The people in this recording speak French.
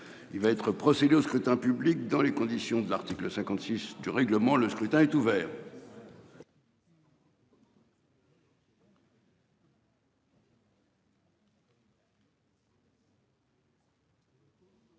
Il va être procédé au scrutin public dans les conditions de l'article 56 du règlement, le scrutin est ouvert.